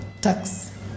tax